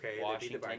Washington